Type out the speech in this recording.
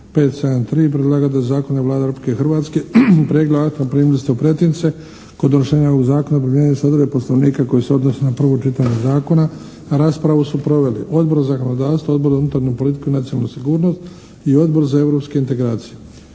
573 Predlagatelj zakona je Vlada Republike Hrvatske. Prijedlog akta primili ste u pretince. Kod donošenja ovog zakona primijenjene su odredbe Poslovnika koji se odnosi na prvo čitanje zakona. Raspravu su proveli Odbor za zakonodavstvo, Odbor za unutarnju politiku i nacionalnu sigurnost i Odbor za europske integracije.